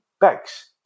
bags